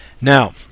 Now